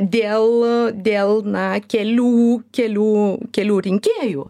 dėl dėl na kelių kelių kelių rinkėjų